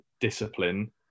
discipline